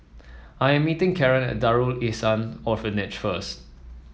I am meeting Karen at Darul Ihsan Orphanage first